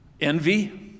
envy